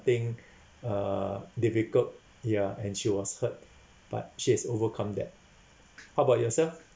being uh difficult ya and she was hurt but she has overcome that how about yourself